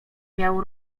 miał